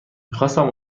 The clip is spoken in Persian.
میخواستم